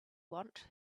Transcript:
want